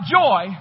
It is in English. joy